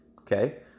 okay